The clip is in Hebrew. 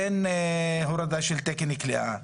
אין הורדה של תקן כליאה.